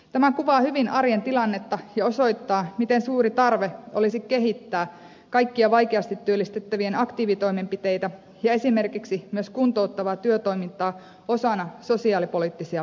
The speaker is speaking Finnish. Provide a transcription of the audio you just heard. tämä kuvaa hyvin arjen tilannetta ja osoittaa miten suuri tarve olisi kehittää kaikkia vaikeasti työllistettävien aktiivitoimenpiteitä ja esimerkiksi myös kuntouttavaa työtoimintaa osana sosiaalipoliittisia päätöksiä